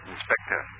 Inspector